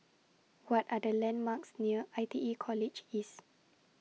What Are The landmarks near I T E College East